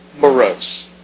morose